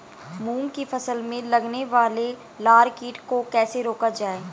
मूंग की फसल में लगने वाले लार कीट को कैसे रोका जाए?